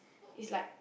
it's like